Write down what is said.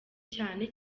cyane